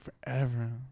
forever